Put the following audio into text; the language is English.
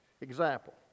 Example